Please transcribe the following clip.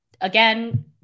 Again